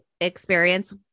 experience